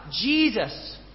Jesus